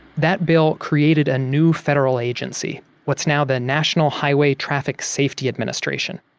that bill created a new federal agency, what's now the national highway traffic safety administration.